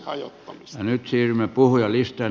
ja nyt siirrymme puhujalistaan